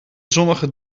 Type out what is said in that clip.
zonnige